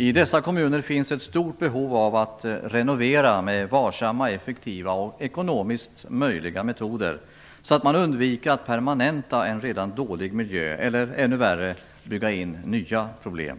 I dessa kommuner finns ett stort behov av att renovera med varsamma, effektiva och ekonomiskt möjliga metoder så att man undviker att permanenta en redan dålig miljö eller, ännu värre, bygga in nya problem.